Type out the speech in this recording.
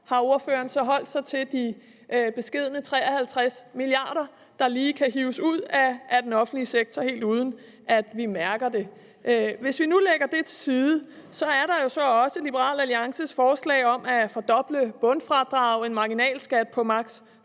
har ordføreren så holdt sig til de beskedne 53 mia. kr., der lige kan hives ud af den offentlige sektor, og helt uden at vi mærker det. Hvis vi nu lægger det til side, så er der jo så også Liberal Alliances forslag om at fordoble bundfradraget, en marginalskat på maks. 40